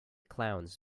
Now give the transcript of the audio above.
clowns